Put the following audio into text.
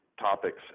topics